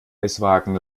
eiswagen